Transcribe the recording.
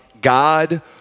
God